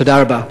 תודה רבה.